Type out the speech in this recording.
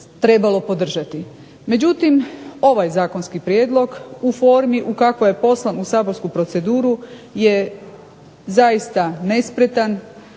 Međutim, ovaj zakonski prijedlog u formi u kakvoj je poslan u saborsku proceduru je zaista nespretan,